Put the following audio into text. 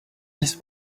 vice